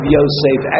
Yosef